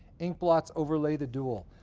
inkblots overlay the duel.